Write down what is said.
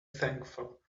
thankful